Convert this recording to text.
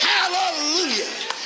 Hallelujah